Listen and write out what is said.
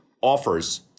offers